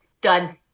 Done